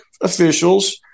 officials